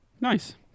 Nice